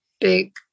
big